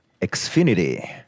Xfinity